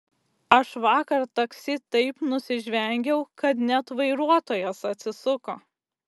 aš vakar taksi taip nusižvengiau kad net vairuotojas atsisuko